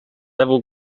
level